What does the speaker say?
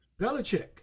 Belichick